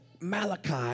Malachi